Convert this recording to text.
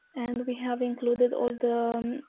and we have included all the.